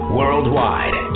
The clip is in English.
worldwide